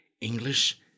English